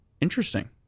Interesting